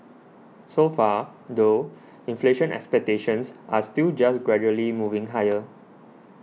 so far though inflation expectations are still just gradually moving higher